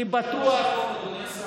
לא היה דיון של שלוש שעות, אדוני השר.